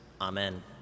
Amen